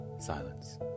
silence